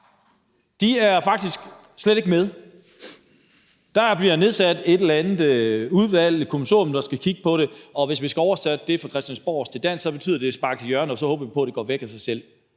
De er faktisk slet ikke med. Der bliver nedsat et udvalg, et kommissorium, der skal kigge på det. Og hvis vi skal oversætte det fra christiansborgsk til dansk, så betyder det at sparke det til hjørne – og så håber vi på, at det går væk af sig selv.